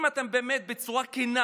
אם בצורה כנה